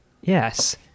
Yes